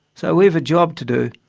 so we've a job to do.